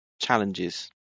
challenges